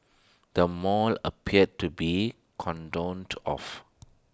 the mall appeared to be cordoned off